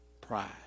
Pride